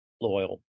loyal